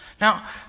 now